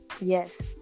Yes